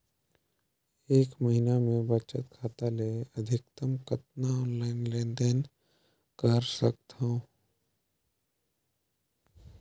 एक महीना मे बचत खाता ले अधिकतम कतना ऑनलाइन लेन देन कर सकत हव?